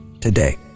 today